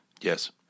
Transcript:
Yes